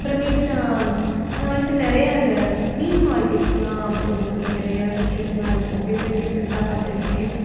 அப்புறமேட்டு நான் நான் வந்துட்டு நிறைய அந்த மீன் மார்க்கெட்ஸ்க்கலாம் போகும்போது நிறைய ஃபிஷ்ஷஸ்லாம் இருக்கும் டிஃப்ரெண்ட் டிஃப்ரெண்ட்டாக பார்த்துருக்கேன்